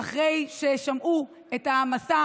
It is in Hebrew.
אחרי ששמעו את המסע